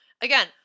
Again